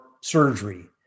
surgery